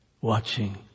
watching